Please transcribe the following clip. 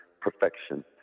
perfection